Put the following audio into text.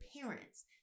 parents